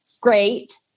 great